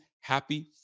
happy